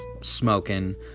Smoking